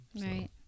Right